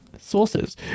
sources